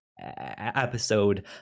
episode